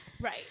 Right